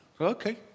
Okay